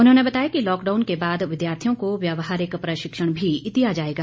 उन्होंने बताया कि लॉकडाउन के बाद विद्यार्थियों को व्यवहारिक प्रशिक्षण भी दिया जाएगा